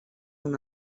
una